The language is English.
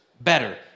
better